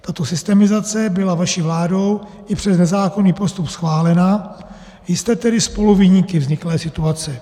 Tato systemizace byla vaší vládou i přes nezákonný postup schválena, jste tedy spoluviníky vzniklé situace.